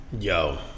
Yo